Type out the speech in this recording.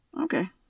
Okay